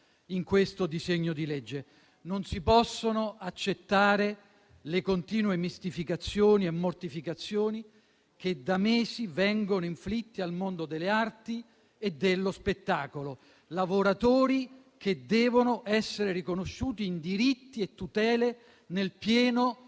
in questo disegno di legge. Non si possono accettare le continue mistificazioni e mortificazioni che da mesi vengono inflitte al mondo delle arti e dello spettacolo; lavoratori che devono essere riconosciuti in diritti e tutele, nel pieno